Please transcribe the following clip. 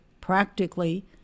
practically